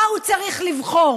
מה הוא צריך לבחור?